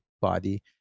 Body